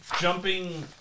jumping